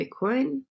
Bitcoin